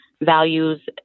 values